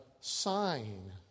sign